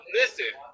listen